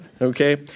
Okay